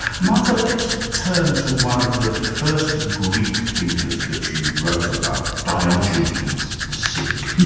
martha let's turn to one of the first greek thinkers that you wrote about diogenes the cynic.